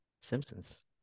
Simpsons